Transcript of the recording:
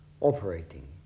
operating